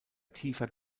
tiefer